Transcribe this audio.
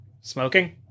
Smoking